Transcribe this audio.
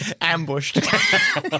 Ambushed